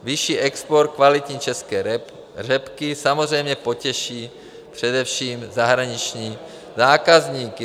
Vyšší export kvalitní české řepky samozřejmě potěší především zahraniční zákazníky.